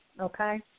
Okay